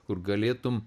kur galėtumei